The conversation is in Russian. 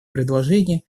предложение